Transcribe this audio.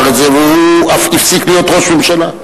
והוא הפסיק להיות ראש ממשלה.